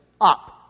up